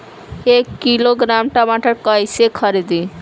एक किलोग्राम टमाटर कैसे खरदी?